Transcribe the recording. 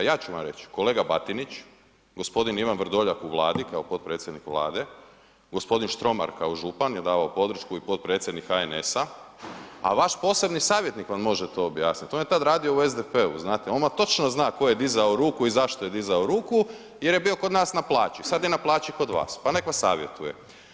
Ja ću vam reći, kolega Batinić, g. Ivan Vrdoljak u Vladi, kao potpredsjednik Vlade, g. Štromar kao župan je davao podršku i potpredsjednik HNS-a a vaš posebni savjetnik vam može to objasniti, to vam je tad radio u SDP-u, znate, on vam točno zna tko je dizao ruku i zašto je dizao ruku, jer je bio kod nas na plaći, sad je na plaći kod vas pa nek vas savjetuje.